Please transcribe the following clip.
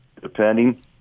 depending